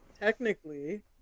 technically